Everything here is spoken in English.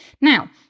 Now